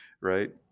Right